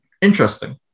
Interesting